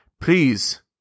Please